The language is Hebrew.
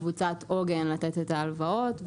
קבוצת עוגן לתת את ההלוואות,